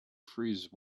freeze